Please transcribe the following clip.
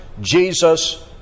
Jesus